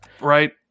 right